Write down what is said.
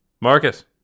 marcus